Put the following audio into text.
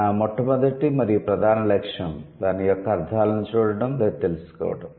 మా మొట్టమొదటి మరియు ప్రధాన లక్ష్యం దాని యొక్క అర్ధాలను చూడటం లేదా తెలుసుకోవడం